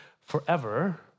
forever